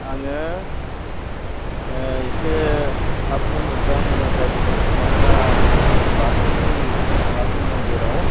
आङो ओह एसे थाबनो मोनब्ला मोजां जागौमोन मानोना बाथौनि बाथौ मन्दिराव